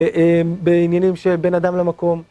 בעניינים של בן אדם למקום.